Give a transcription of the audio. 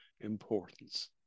importance